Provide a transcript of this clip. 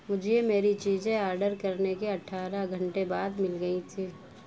مجھے میری چیزیں آڈر کرنے کے اٹھارہ گھنٹے بعد مل گئی تھیں